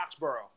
Foxborough